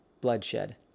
bloodshed